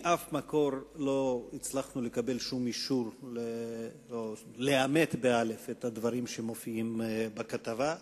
מאף מקור לא הצלחנו לקבל שום אישור המאמת את הדברים שמופיעים בכתבה.